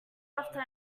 after